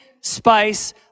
spice